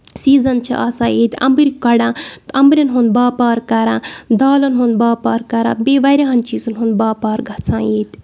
season چھِ آسان ییٚتہِ اَمبٔرۍ کَڈان اَمبرٮ۪ن ہُنٛد باپار کَران دالن ہُنٛد باپار کَران بیٚیہِ واریاہَن چیٖزَن ہُنٛد باپار گَژھان ییٚتہِ